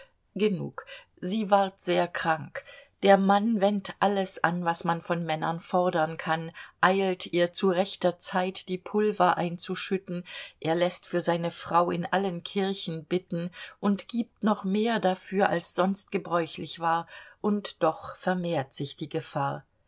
genug sie ward sehr krank der mann wendt alles an was man von männern fordern kann eilt ihr zu rechter zeit die pulver einzuschütten er läßt für seine frau in allen kirchen bitten und gibt noch mehr dafür als sonst gebräuchlich war und doch vermehrt sich die gefahr